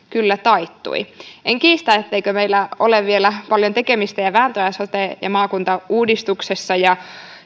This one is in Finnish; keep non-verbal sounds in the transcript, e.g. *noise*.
*unintelligible* kyllä taittui en kiistä etteikö meillä ole vielä paljon tekemistä ja vääntöä sote ja maakuntauudistuksessa ja